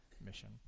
mission